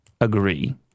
agree